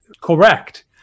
correct